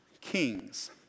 Kings